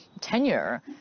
tenure